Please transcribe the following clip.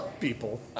people